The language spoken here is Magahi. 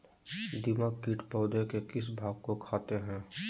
दीमक किट पौधे के किस भाग को खाते हैं?